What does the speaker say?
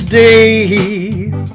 days